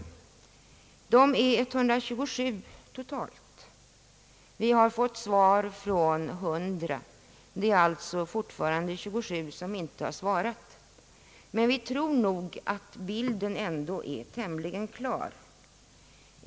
Totalt är det 127 kommuner, och vi har fått svar från 100; det är alltså 27 som inte svarat, men vi tror i alla fall att bilden är tämligen klar.